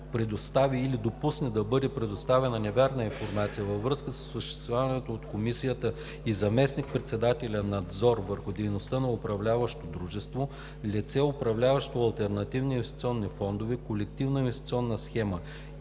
предостави или допусне да бъде предоставена невярна информация във връзка с осъществявания от Комисията и заместник-председателя надзор върху дейността на управляващо дружество, лице, управляващо алтернативни инвестиционни фондове, колективна инвестиционна схема